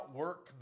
work